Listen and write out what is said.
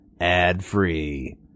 ad-free